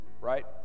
Right